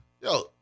Yo